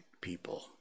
people